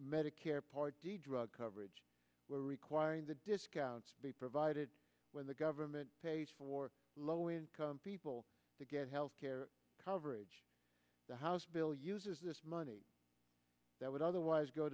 medicare part d drug coverage we're requiring the discounts be provided when the government pays for low income people to get health care coverage the house bill uses this money that would otherwise go